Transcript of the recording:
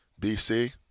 BC